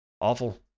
Awful